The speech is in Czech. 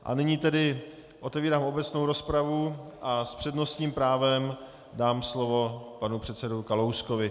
A nyní otevírám obecnou rozpravu a s přednostním právem dám slovo panu předsedovi Kalouskovi.